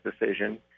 decision